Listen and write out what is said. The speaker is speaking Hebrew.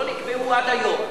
לא נקבעו עד היום.